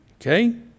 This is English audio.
Okay